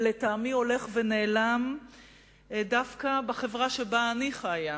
ולטעמי הולך ונעלם דווקא בחברה שבה אני חיה.